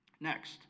Next